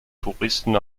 touristen